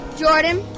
jordan